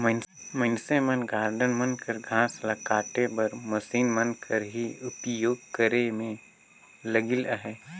मइनसे मन गारडन मन कर घांस ल काटे बर मसीन मन कर ही उपियोग करे में लगिल अहें